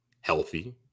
healthy